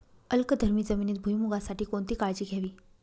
अल्कधर्मी जमिनीत भुईमूगासाठी कोणती काळजी घ्यावी?